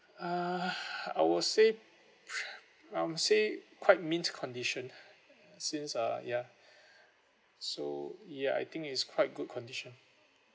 uh I would say I would say quite means condition since uh ya so ya I think it's quite good condition